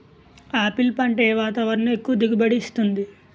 Apple పంట ఏ వాతావరణంలో ఎక్కువ దిగుబడి ఇస్తుంది?